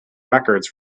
records